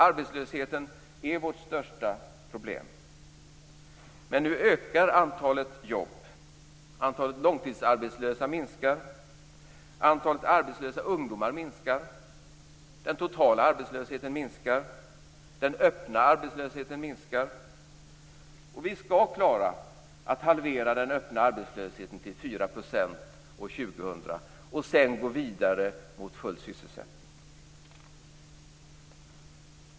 Arbetslösheten är vårt största problem. Men nu ökar antalet jobb. Antalet långtidsarbetslösa minskar. Antalet arbetslösa ungdomar minskar. Den totala arbetslösheten minskar. Den öppna arbetslösheten minskar. Vi skall klara att halvera den öppna arbetslösheten till 4 % år 2000 och sedan gå vidare mot full sysselsättning.